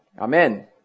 Amen